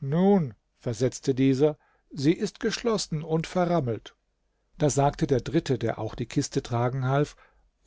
nun versetzte dieser sie ist geschlossen und verrammelt da sagte der dritte der auch die kiste tragen half